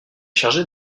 chargé